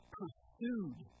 pursued